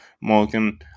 Morgan